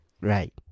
Right